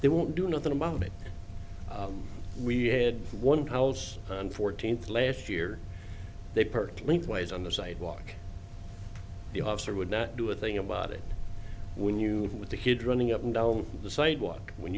they won't do nothing about it we had one house and fourteenth last year they percolate ways on the sidewalk the officer would not do a thing about it when you with the kid running up and down the sidewalk when